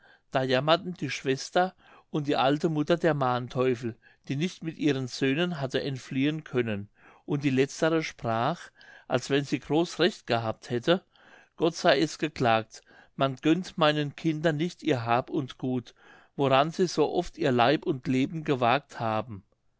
da jammerten die schwester und die alte mutter der manteuffel die nicht mit ihren söhnen hatte entfliehen können und die letztere sprach als wenn sie groß recht gehabt hätte gott sei es geklagt man gönnt meinen kindern nicht ihr hab und gut woran sie so oft ihr leib und leben gewagt haben